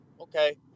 Okay